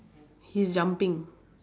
he's jumping